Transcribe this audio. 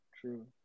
True